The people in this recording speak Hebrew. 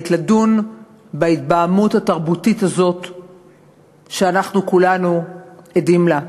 לדון בהתבהמות התרבותית הזאת שכולנו עדים לה.